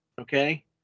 okay